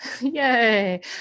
Yay